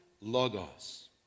logos